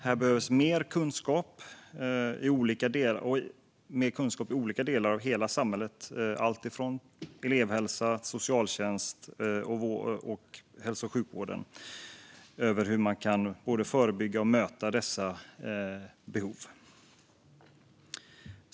Här behövs mer kunskap i olika delar av hela samhället - elevhälsa, socialtjänst och hälso och sjukvård - när det gäller hur man kan förebygga och möta dessa behov.